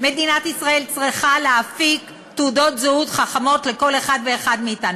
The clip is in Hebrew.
מדינת ישראל צריכה להפיק תעודות זהות חכמות לכל אחד ואחד מאתנו.